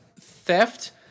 theft